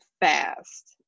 fast